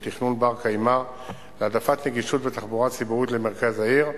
של תכנון בר-קיימא להעדפת נגישות בתחבורה הציבורית למרכז העיר,